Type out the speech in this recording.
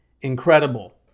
incredible